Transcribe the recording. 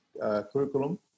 curriculum